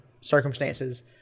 circumstances